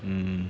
mm